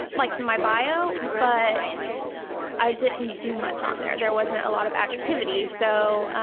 like my bio but i didn't do much on there. there wasn't a lot of activity. so